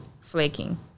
flaking